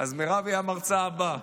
אז מירב היא המרצה הבאה.